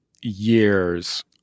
years